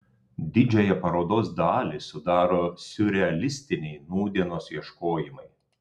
didžiąją parodos dalį sudaro siurrealistiniai nūdienos ieškojimai